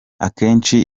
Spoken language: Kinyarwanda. akenshi